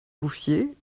bouffier